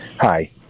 Hi